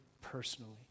personally